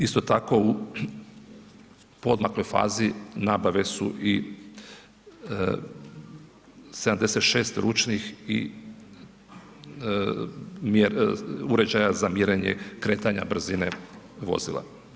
Isto tako u poodmakloj fazi nabave su i 76 ručnih uređaja za mjerenje kretanja brzine vozila.